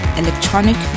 electronic